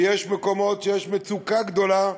ויש מקומות שיש מצוקה גדולה,